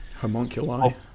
homunculi